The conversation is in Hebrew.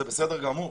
זה בסדר גמור.